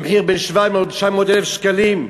במחיר בין 700,000 ל-900,000 שקלים,